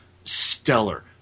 stellar